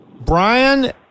Brian